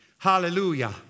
Hallelujah